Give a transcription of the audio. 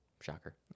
Shocker